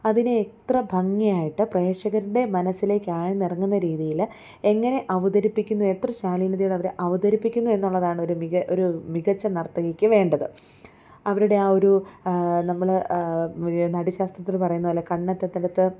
അതിനെ എത്ര ഭംഗിയായിട്ട് പ്രേക്ഷകരുടെ മനസ്സിലേക്ക് ആഴ്ന്നിറങ്ങുന്ന രീതിയില് എങ്ങനെ അവതരിപ്പിക്കുന്നു എത്ര ശാലീനതയോടെ അവര് അവതരിപ്പിക്കുന്നു എന്നുള്ളതാണ് ഒരു മികച്ച നർത്തകിക്ക് വേണ്ടത് അവരുടെ ആ ഒരു നമ്മള് നാട്യശാസ്ത്രത്തിൽ പറയുന്ന പോലെ കണ്ണെത്താത്തിടത്ത്